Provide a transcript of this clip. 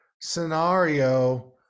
scenario